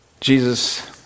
Jesus